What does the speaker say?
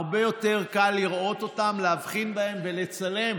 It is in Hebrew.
הרבה יותר קל לראות אותם, להבחין בהם ולצלם,